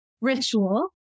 ritual